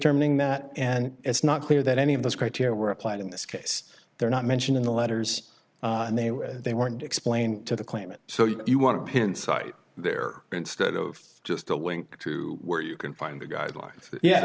determining that and it's not clear that any of those criteria were applied in this case they're not mentioned in the letters and they were they weren't explained to the claimant so you want to pin cite there instead of just a wink to where you can find the guidelines ye